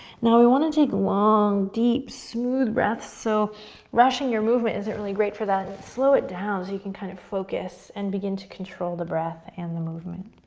now we want to take long, deep, smooth breaths, so rushing your movement isn't really great for that. slow it down so you can kind of focus and begin to control the breath and the movement.